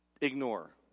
Ignore